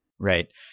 Right